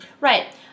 Right